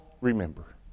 remember